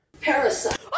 Parasite